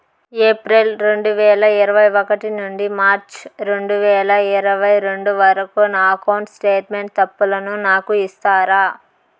April రెండు వేల ఇరవై ఒకటి నుండి మార్చ్ రెండు వేల ఇరవై రెండు వరకు నా అకౌంట్ స్టేట్మెంట్ తప్పులను నాకు ఇస్తారా?